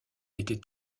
était